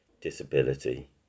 disability